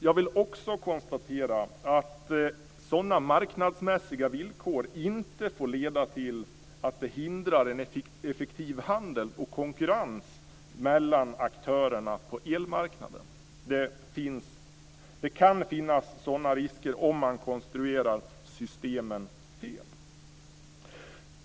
Jag vill också konstatera att sådana marknadsmässiga villkor inte får leda till att det hindrar en effektiv handel och konkurrens mellan aktörerna på elmarknaden. Det kan finnas sådana risker om man konstruerar systemen fel.